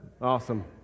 Awesome